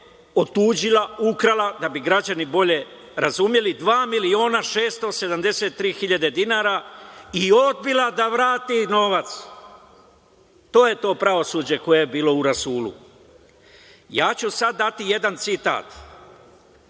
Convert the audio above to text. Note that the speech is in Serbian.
otuđila, ukrala da bi građani bolje razumeli, dva miliona 673 hiljade dinara i odbila da vrati novac. To je to pravosuđe koje je bilo u rasulu. Ja ću sada dati jedan citat,